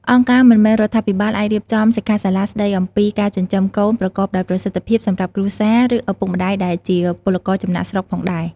អង្គការមិនមែនរដ្ឋាភិបាលអាចរៀបចំសិក្ខាសាលាស្ដីអំពីការចិញ្ចឹមកូនប្រកបដោយប្រសិទ្ធភាពសម្រាប់គ្រួសារ ឬឪពុកម្ដាយដែលជាពលករចំណាកស្រុកផងដែរ។